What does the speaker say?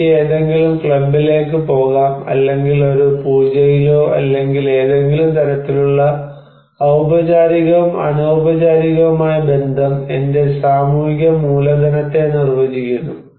എനിക്ക് ഏതെങ്കിലും ക്ലബിലേക്ക് പോകാം അല്ലെങ്കിൽ ഒരു പൂജയിലോ അല്ലെങ്കിൽ ഏതെങ്കിലും തരത്തിലുള്ള ഔപചാരികവും അനൌപചാരികവുമായ ബന്ധം എന്റെ സാമൂഹിക മൂലധനത്തെ നിർവചിക്കുന്നു